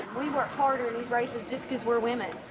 we work harder in these races just cause we're women.